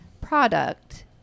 product